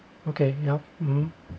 okay yup mm